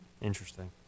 Interesting